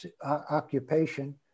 occupation